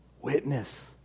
Witness